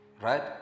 right